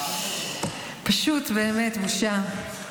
באמת פשוט בושה.